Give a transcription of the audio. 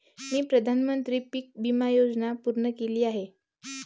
मी प्रधानमंत्री पीक विमा योजना पूर्ण केली आहे